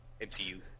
MCU